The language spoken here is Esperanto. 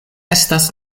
estas